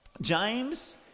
James